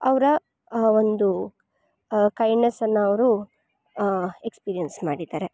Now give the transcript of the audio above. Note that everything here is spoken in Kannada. ಅವ್ರ ಒಂದು ಕೈಂಡ್ನೆಸ್ಸನ್ನ ಅವರು ಎಕ್ಸ್ಪಿರಿಯೆನ್ಸ್ ಮಾಡಿದ್ದಾರೆ